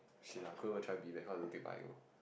shit lah I couldn't even try B med because I never take bio